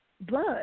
blood